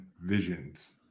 visions